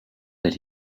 that